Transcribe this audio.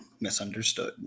misunderstood